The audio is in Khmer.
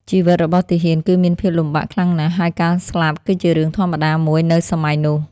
ជីវិតរបស់ទាហានគឺមានភាពលំបាកខ្លាំងណាស់ ហើយការស្លាប់គឺជារឿងធម្មតាមួយនៅសម័យនោះ។